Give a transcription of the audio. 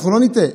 שלא נטעה,